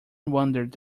wondered